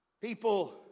People